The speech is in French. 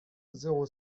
zéro